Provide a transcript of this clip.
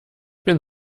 bin